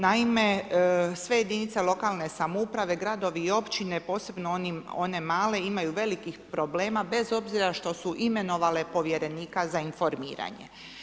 Naime, sve jedinice lokalne samouprave, gradovi i općine posebno one male imaju velikih problema bez obzira što su imenovale povjerenika za informiranje.